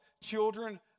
children